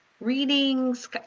readings